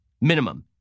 minimum